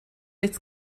nichts